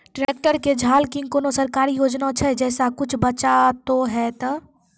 Tractor के झाल किंग कोनो सरकारी योजना छ जैसा कुछ बचा तो है ते?